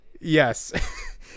Yes